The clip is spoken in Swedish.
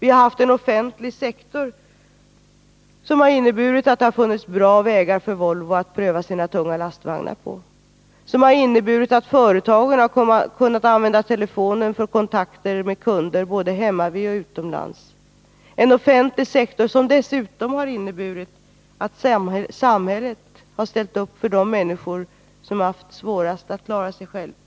Vi har haft en offentlig sektor som har inneburit att det har funnits bra vägar för Volvo att pröva sina tunga lastvagnar på, som har inneburit att företagen har kunnat använda telefoner för kontakter med kunder både hemmavid och utomlands och som dessutom har inneburit att samhället har ställt upp för de människor som har haft det svårast att klara sig själva.